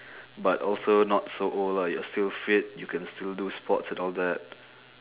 but also not so old lah you're still fit you can still do sports and all that